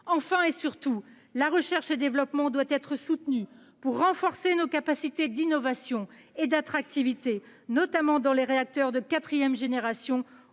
Enfin, et surtout, la recherche et le développement doivent être soutenus pour renforcer nos capacités d'innovation et d'attractivité, notamment en ce qui concerne les réacteurs de quatrième génération